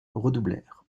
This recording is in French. redoublèrent